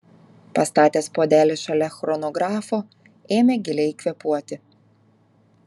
pastatęs puodelį šalia chronografo ėmė giliai kvėpuoti